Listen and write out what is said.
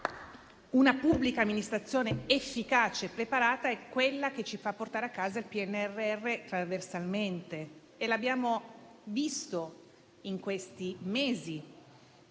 Una pubblica amministrazione efficace e preparata è quella che ci fa portare a casa il PNRR trasversalmente. Abbiamo visto in questi mesi,